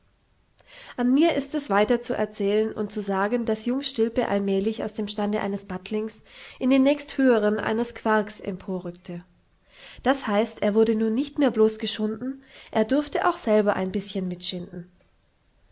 an mir ist es weiter zu erzählen und zu sagen daß jung stilpe allmählich aus dem stande eines battlings in den nächst höheren eines quarks emporrückte das heißt er wurde nun nicht mehr bloß geschunden er durfte auch selber ein bischen mitschinden